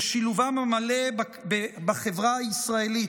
ושילובם המלא בחברה הישראלית,